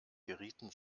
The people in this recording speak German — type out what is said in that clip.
gerieten